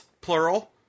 plural